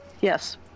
Yes